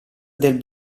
del